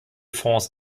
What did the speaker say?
fonds